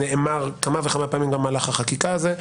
נאמר כמה וכמה פעמים גם במהלך החקיקה הזאת,